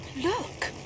Look